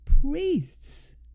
priests